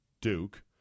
Duke